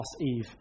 Eve